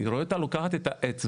ואני רואה אותה לוקחת את האצבע,